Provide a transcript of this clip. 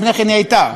לפני כן היא הייתה,